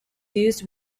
used